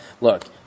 look